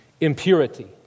impurity